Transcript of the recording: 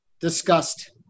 discussed